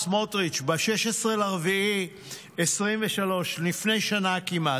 ב-16 באפריל 2023, לפני שנה כמעט,